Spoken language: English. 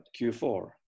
Q4